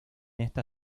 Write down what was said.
esta